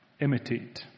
imitate